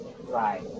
right